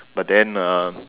but then uh